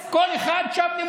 אבל (אומר בערבית ומתרגם:) כל אחד שב למולדתו.